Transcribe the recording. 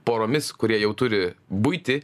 poromis kurie jau turi buitį